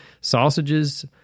sausages